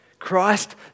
Christ